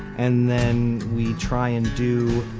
and then we try and do